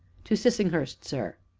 to sissinghurst, sir.